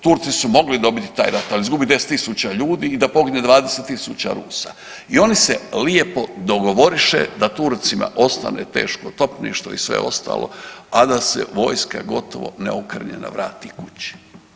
Turci su mogli dobit taj rat, ali izgubit 10.000 ljudi i da pogine 20.000 Rusa i oni se lijepo dogovoriše da Turcima ostave teško topništvo i sve ostalo, a da se vojska gotovo neokrnjena vrati kući.